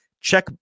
check